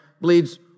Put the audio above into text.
bleeds